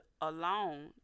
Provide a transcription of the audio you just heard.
alone